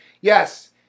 Yes